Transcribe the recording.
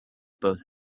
both